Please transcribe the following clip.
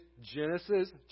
Genesis